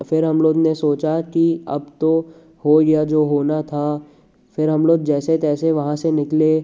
फिर हम लोग ने सोचा कि अब तो हो गया जो होना था फिर हम लोग जैसे तैसे वहाँ से निकले